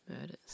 murders